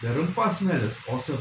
rempas இருந்துச்சி:irunthuchi awesome